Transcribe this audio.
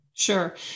Sure